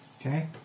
Okay